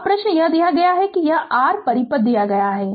अब प्रश्न यह है कि यह दिया गया है r यह परिपथ दिया गया है